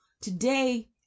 today